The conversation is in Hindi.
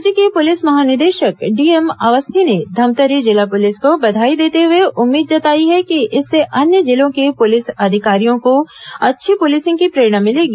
राज्य के पुलिस महानिदेशक डी एम अवस्थी ने धमतरी जिला पुलिस को बधाई देते हुए उम्मीद जताई है कि इससे अन्य जिलों के पुलिस अधिकारियों को अच्छी पुलिसिंग की प्रेरणा मिलेगी